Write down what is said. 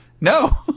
No